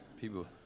People